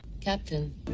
Captain